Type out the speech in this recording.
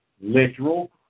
literal